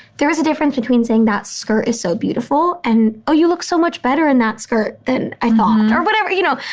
there is a difference between saying that skirt is so beautiful and oh, you look so much better in that skirt than i thought or whatever, you know,